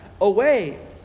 away